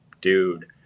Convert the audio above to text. dude